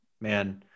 man